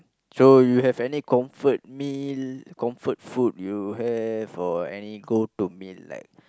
so you have any comfort meal comfort food you have or any go to meal like